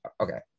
Okay